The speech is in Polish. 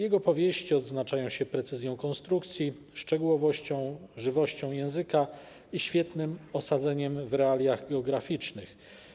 Jego powieści odznaczają się precyzją konstrukcji, szczegółowością, żywością języka i świetnym osadzeniem w realiach geograficznych.